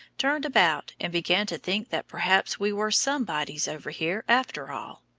turned about and began to think that perhaps we were somebodies over here after all.